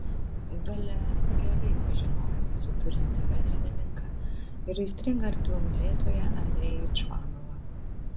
galia gerai pažinojo pasiturintį verslininką ir aistringą arklių mylėtoją andrejų čvanovą